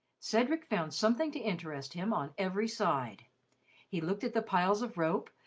cedric found something to interest him on every side he looked at the piles of rope,